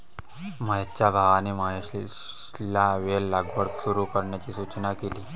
महेशच्या भावाने महेशला वेल लागवड सुरू करण्याची सूचना केली